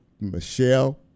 Michelle